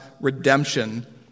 redemption